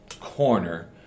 corner